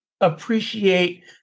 appreciate